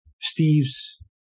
Steve's